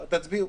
תצביעו.